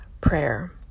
prayer